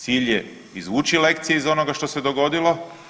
Cilj je izvući lekcije iz onoga što se dogodilo.